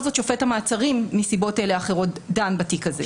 זאת שופט המעצרים מסיבות אלה או אחרות דן בתיק הזה.